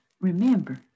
remember